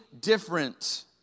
different